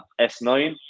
s9